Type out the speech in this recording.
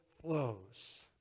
flows